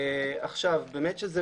באמת שזה